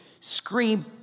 scream